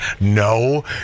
No